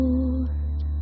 Lord